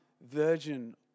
virgin